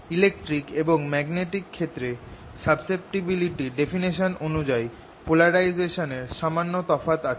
electric এবং magnetic ক্ষেত্রে সাসেপ্টিবিলিটির ডেফিনিশন অনুযায়ী পোলারাইজেশন এর সামান্য তফাৎ আছে